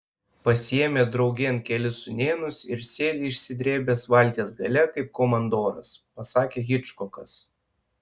pasiėmė draugėn kelis sūnėnus ir sėdi išsidrėbęs valties gale kaip komandoras pasakė hičkokas